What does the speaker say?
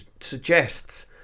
suggests